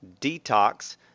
detox